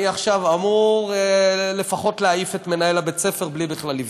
אני עכשיו אמור לפחות להעיף את מנהל בית-הספר בלי בכלל לבדוק.